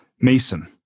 Mason